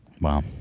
Wow